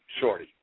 Shorty